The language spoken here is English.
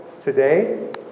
today